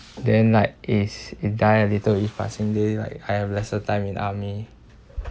then like is die a little with each passing day like I have lesser time in army